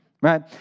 right